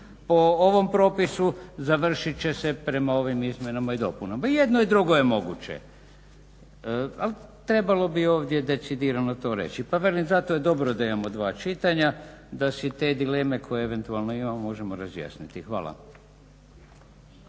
po ovom propisu završit će se prema ovim izmjenama i dopunama. I jedno i drugo je moguće, ali trebalo bi ovdje decidirano to reći pa velim zato je dobro da imamo dva čitanja, da se te dileme koje eventualno imamo možemo razjasniti. Hvala.